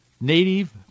Native